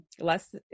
less